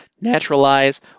Naturalize